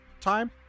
time